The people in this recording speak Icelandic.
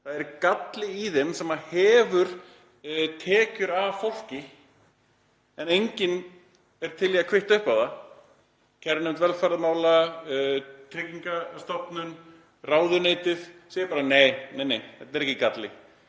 það er galli í þeim sem hefur tekjur af fólki en enginn er til í að kvitta upp á það. Kærunefnd velferðarmála, Tryggingastofnun, ráðuneytið segir bara: Nei, nei, þetta er ekki galli.